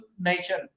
nation